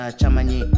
chamani